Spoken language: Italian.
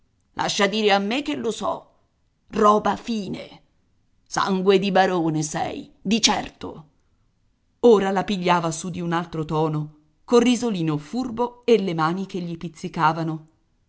lascia dire a me che lo so roba fine sangue di barone sei di certo ora la pigliava su di un altro tono col risolino furbo e le mani che gli pizzicavano